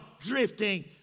drifting